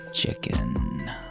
chicken